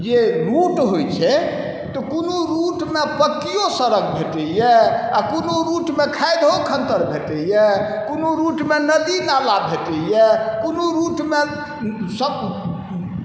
जे रूट होइ छै तऽ कोनो रूटमे पकिओ सड़क भेटैए आओर कोनो रूटमे खाइधो खन्दर भेटैए कोनो रूटमे नदी नाला भेटैए कोनो रूटमे सब